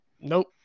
nope